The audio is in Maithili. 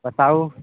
बताउ